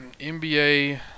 NBA